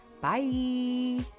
Bye